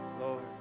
Lord